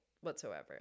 whatsoever